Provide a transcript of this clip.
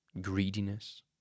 Greediness